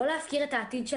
לא להפקיר את העתיד.